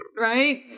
Right